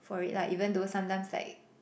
for it lah even though sometimes like